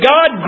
God